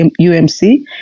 UMC